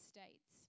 States